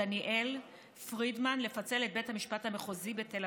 דניאל פרידמן לפצל את בית המשפט המחוזי בתל